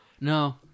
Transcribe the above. No